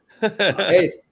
Hey